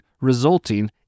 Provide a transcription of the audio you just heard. resulting